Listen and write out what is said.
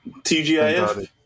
TGIF